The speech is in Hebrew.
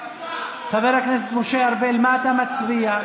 חבר הכנסת משה ארבל, מה אתה מצביע?